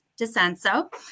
Desenso